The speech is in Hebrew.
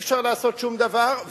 לא היה אפשר לעשות שום דבר.